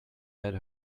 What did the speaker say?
had